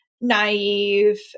naive